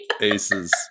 Aces